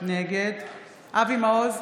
נגד אבי מעוז,